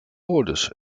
orders